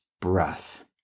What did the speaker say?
breath